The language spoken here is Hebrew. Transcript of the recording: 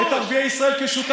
כיבוש הוא כיבוש הוא כיבוש.